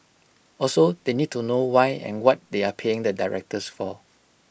also they need to know why and what they are paying the directors for